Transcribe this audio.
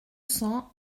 cents